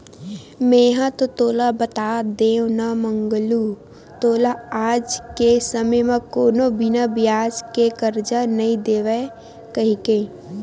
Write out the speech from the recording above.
मेंहा तो तोला बता देव ना मंगलू तोला आज के समे म कोनो बिना बियाज के करजा नइ देवय कहिके